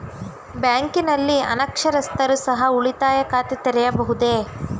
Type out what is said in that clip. ಬ್ಯಾಂಕಿನಲ್ಲಿ ಅನಕ್ಷರಸ್ಥರು ಸಹ ಉಳಿತಾಯ ಖಾತೆ ತೆರೆಯಬಹುದು?